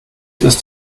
ist